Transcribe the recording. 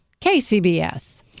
KCBS